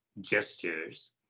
gestures